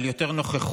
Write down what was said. על יותר נוכחות